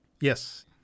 Yes